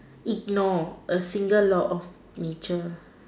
ignore a single law of nature